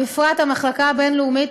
ובפרט המחלקה הבין-לאומית,